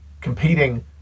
competing